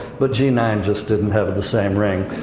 but g nine just didn't have the same ring.